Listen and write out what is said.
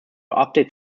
update